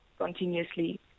continuously